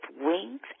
wings